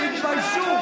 תתביישו.